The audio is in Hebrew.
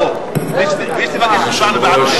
אדוני היושב-ראש, רבותי